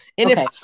Okay